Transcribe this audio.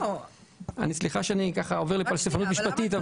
סליחה שאני עובר למצב משפטי.